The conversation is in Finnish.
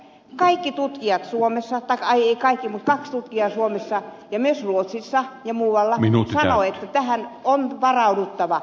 kaikki tutkijat suomessa tai ei kaikki mutta kaksi tutkijaa suomessa ja myös ruotsissa ja muualla sanoo että tähän on varauduttava